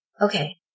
Okay